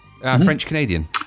French-Canadian